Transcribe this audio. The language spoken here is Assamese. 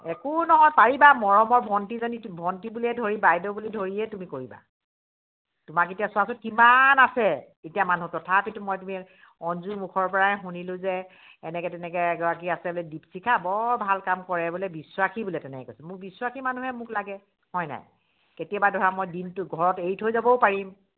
একো নহয় পাৰিবা মৰমৰ ভণ্টিজনী ভণ্টি বুলিয়ে ধৰি বাইদেউ বুলি ধৰিয়ে তুমি কৰিবা তোমাক এতিয়া চোৱাছোন কিমান আছে এতিয়া মানুহ তথাপিতো মই তুমি অঞ্জুৰ মুুখৰ পৰাই শুনিলো যে এনেকৈ তেনেকৈ এগৰাকী আছে বোলে দ্বীপশিখা বৰ ভাল কাম কৰে বোলে বিশ্বাসী বোলে তেনেকৈ কৈছে মোক বিশ্বাসী মানুহহে মোক লাগে হয় নাই কেতিয়াবা ধৰা মই দিনটো ঘৰত এৰি থৈ যাবও পাৰিম